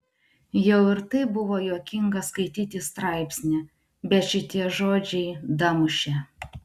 jau ir taip buvo juokinga skaityti straipsnį bet šitie žodžiai damušė